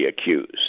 accused